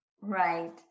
Right